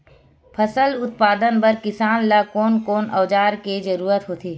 फसल उत्पादन बर किसान ला कोन कोन औजार के जरूरत होथे?